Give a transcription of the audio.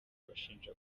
bashinja